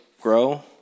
grow